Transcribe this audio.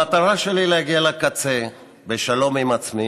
/ המטרה שלי היא להגיע לקצה בשלום עם עצמי,